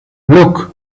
look